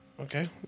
Okay